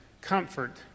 comfort